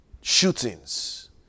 shootings